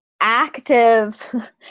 active